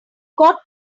got